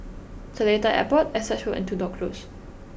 Seletar Airport Essex Road and Tudor Close